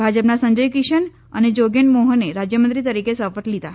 ભાજપના સંજય કિશન અને જોગન મોહને રાજયમંત્રી તરીકે શપથ લીધા